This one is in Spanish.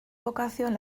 vocación